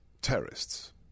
terrorists